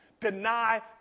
deny